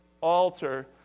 altar